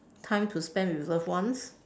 time to spend with loved ones